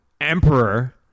emperor